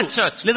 church